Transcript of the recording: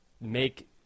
make